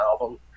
album